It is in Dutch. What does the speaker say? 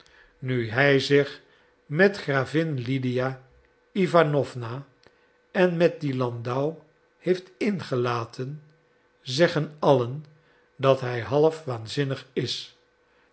nu hij zich met gravin lydia iwanowna en met dien landau heeft ingelaten zeggen allen dat hij half waanzinnig is